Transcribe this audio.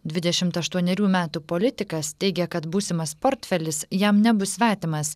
dvidešimt aštuonerių metų politikas teigia kad būsimas portfelis jam nebus svetimas